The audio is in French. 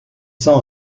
sans